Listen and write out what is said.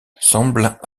semblent